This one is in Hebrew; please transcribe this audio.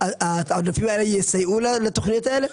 העודפים האלה יסייעו לתוכניות האלה?